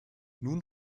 nun